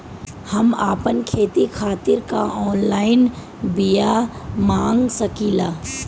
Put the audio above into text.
हम आपन खेती खातिर का ऑनलाइन बिया मँगा सकिला?